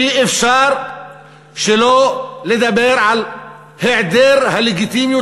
אי-אפשר שלא לדבר על היעדר הלגיטימיות